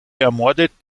ermordet